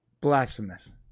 blasphemous